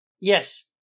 Yes